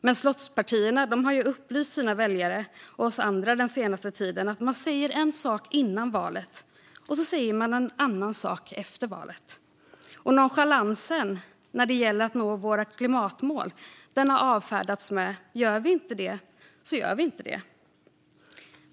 Men slottspartierna har den senaste tiden upplyst sina väljare och oss andra om att man säger en sak före valet och en annan sak efter valet. Nonchalansen när det gäller att nå våra klimatmål har avfärdats med: Gör vi inte det så gör vi inte det.